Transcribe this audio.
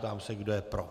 Ptám se, kdo je pro.